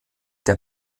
der